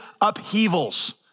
upheavals